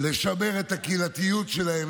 לשמר את הקהילתיות שלהם,